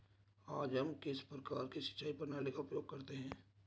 आज हम किस प्रकार की सिंचाई प्रणाली का उपयोग करते हैं?